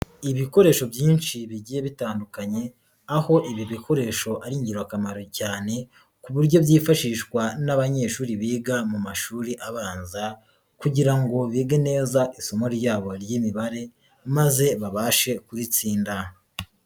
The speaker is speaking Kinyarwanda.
Ibikoresho byinshi bigiye bitandukanye, aho ibi bikoresho ari ingirakamaro cyane, ku buryo byifashishwa n'abanyeshuri biga mu mashuri abanza kugira ngo bige neza isomo ryabo ry'imibare maze babashe kuritsinda.